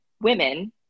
women